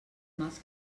mals